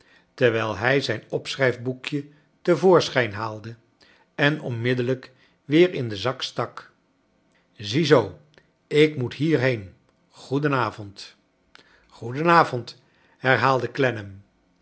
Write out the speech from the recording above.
terwijl hij zijn opschrijfboekje te voorschijn haalde en onmiddellijk weer in den zak stak ziezoo ik moet hier heen goeden avond g-oeden avond herhaalde